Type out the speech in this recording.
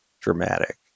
dramatic